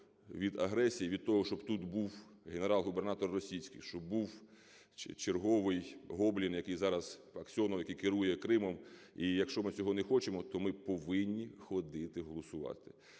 від агресії, від того, щоб тут був генерал-губернатор російський, щоб був черговий "Гоблін", який зараз Аксьонов, який керує Кримом, і якщо ми цього не хочемо, то ми повинні ходити голосувати.